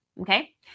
okay